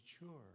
Mature